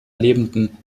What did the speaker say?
lebenden